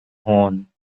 horn